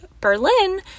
Berlin